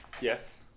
yes